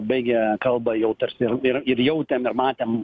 baigė kalbą jau tarsi ir ir ir jautėm ir matėm